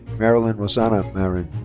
marilyn rosana marin.